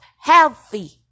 healthy